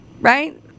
right